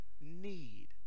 need